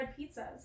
pizzas